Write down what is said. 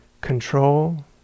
control